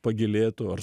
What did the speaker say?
pagilėtų ar